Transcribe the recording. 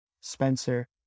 spencer